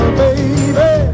baby